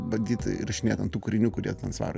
bandyt įrašinėt ant tų kūrinių kurie ten svarui